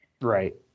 right